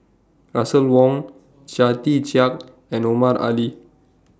Russel Wong Chia Tee Chiak and Omar Ali